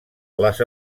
les